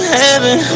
heaven